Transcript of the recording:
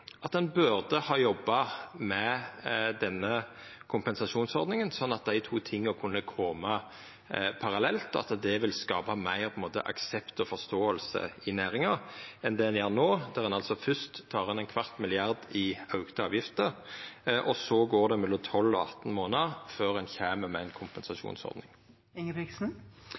at ein burde ha jobba med denne kompensasjonsordninga slik at dei to tinga kunne ha kome parallelt, og at det ville ha skapt meir aksept og forståing i næringa enn det ein gjer no, når ein altså fyrst tek inn ein kvart milliard i auka avgifter og så let det gå mellom 12 og 18 månader før ein kjem med